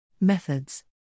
Methods